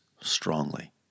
strongly